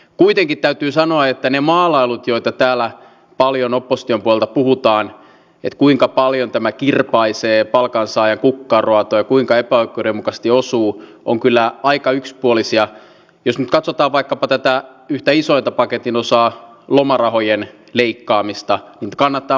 kuitenkin täytyy sanoa että ne maalailut joita täällä paljon opposition valta puhutaan ja kuinka paljon tämä kirpaisee palkansaajan kukkaroa tai kuinka epäoikeudenmukaisesti osuu kyllä aika yksipuolisia jos ne katsotaan vaikkapa tätä yhtä isointa paketin osaa lomarahojen leikkaamista kannattaa